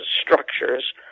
structures